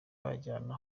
babajyana